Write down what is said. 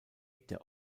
der